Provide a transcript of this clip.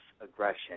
aggression